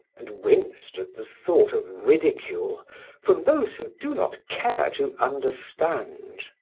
and winced at the thought of ridicule from those who do not care to understand.